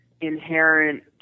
inherent